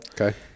okay